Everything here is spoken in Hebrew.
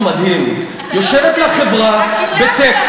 יש משהו מדהים: יושבת לה חברה בטקסס,